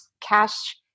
cash